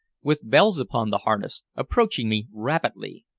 with bells upon the harness, approaching me rapidly.